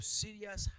serious